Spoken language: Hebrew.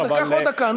קח עוד דקה.